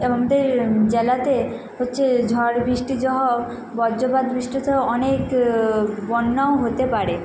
এবং তে জেলাতে হচ্ছে ঝড় বিষ্টি সহ বজ্রপাত বৃষ্টি সহ হচ্ছে অনেক বন্যাও হতে পারে